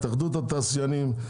התאחדות התעשיינים,